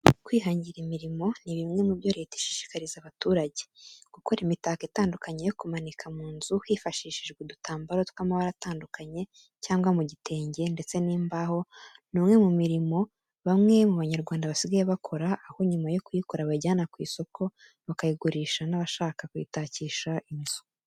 Kwihangira imirimo ni bimwe mu byo Leta ishishikariza abaturage. Gukora imitako itandukanye yo kumanika mu nzu hifashishijwe udutambaro tw'amabara atandukanye cyangwa mu gitenge ndetse n'imbaho ni umwe mu mirimo bamwe mu banyarwanda basigaye bakora, aho nyuma yo kuyikora bayijyana ku isoko bakayigurisha n'abashaka kuyitakisha inzu.